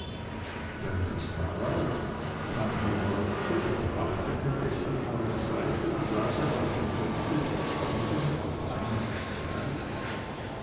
während es da lag kamen die leute betrachteten es von allen seiten und lasen auf dem gürtel siebene auf einen streich